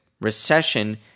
recession